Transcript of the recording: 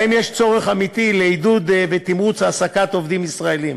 שבהם יש צורך אמיתי לעידוד ותמרוץ העסקת עובדים ישראלים,